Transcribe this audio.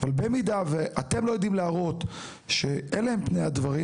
אבל במידה ואתם לא יודעים להראות שאלה הם פני הדברים,